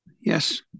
Yes